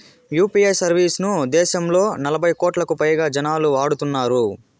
UPI service ను దేశంలో నలభై కోట్లకు పైగా జనాలు వాడుతున్నారు